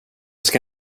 ska